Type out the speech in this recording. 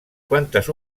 quantes